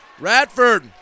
Radford